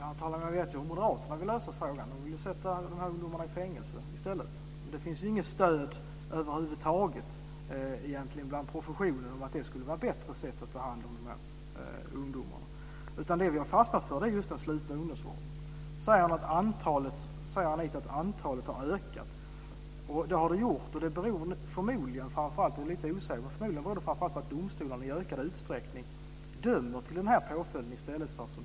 Herr talman! Vi vet ju hur Moderaterna vill lösa frågan. De vill sätta de här ungdomarna i fängelse. Men det finns inget stöd över huvud taget bland professionen för att det skulle vara ett bättre sätt att ta hand om de här ungdomarna. Det vi har fastnat för är just den slutna ungdomsvården. Anita Sidén säger att antalet har ökat. Det har det. Det beror förmodligen framför allt på att domstolarna i större utsträckning än tidigare dömer till den påföljden.